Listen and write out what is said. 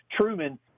Truman